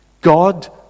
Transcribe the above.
God